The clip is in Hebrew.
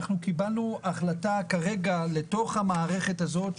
אנחנו קיבלנו החלטה כרגע לתוך המערכת הזאת,